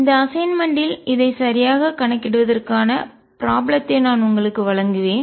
இந்த அசைன்மென்ட் இல் இதை சரியாகக் கணக்கிடுவதற்கான ப்ராப்ளத்தை நான் உங்களுக்கு வழங்குவேன்